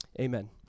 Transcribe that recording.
Amen